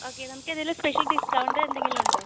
okay നമുക്ക് എന്തെങ്കിലും special discount എന്തെങ്കിലും ഉണ്ടോ